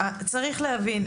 צריך להבין,